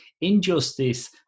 Injustice